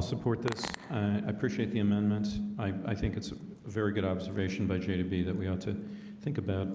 support this i appreciate the amendments i think it's a very good observation by jada b that we ought to think about